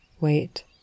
wait